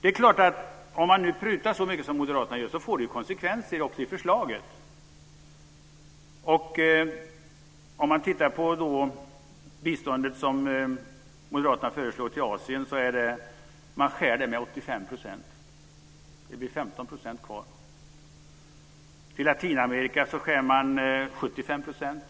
Det är klart att det får konsekvenser också i förslaget om man prutar så mycket som moderaterna gör. Moderaterna föreslår en 85-procentig nedskärning av biståndet till Asien. Det blir 15 % kvar. Biståndet till Latinamerika skär man ned med 75 %.